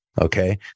Okay